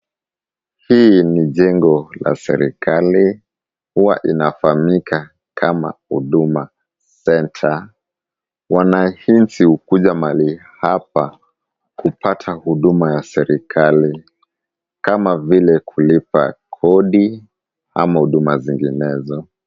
Hii ni jengo la serikali. Huwa inafahamika kama Huduma Centre. Wananchi hukuja mahali hapa kupata huduma ya serikali, kama vile kulipa kodi ama huduma zinginezo.